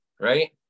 right